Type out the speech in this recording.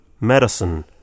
medicine